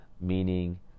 meaning